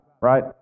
right